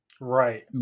Right